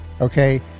okay